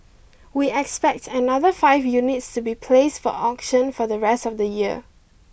we expect another five units to be placed for auction for the rest of the year